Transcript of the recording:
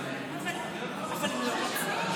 יכול להיות שהן לא רוצות לבוא להצביע.